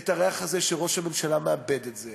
את הריח הזה שראש הממשלה מאבד את זה.